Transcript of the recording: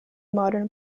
modern